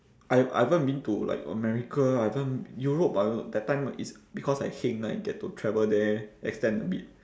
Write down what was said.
I I haven't been to like america I haven't europe I that time is because I heng I get to travel there extend a bit